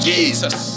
Jesus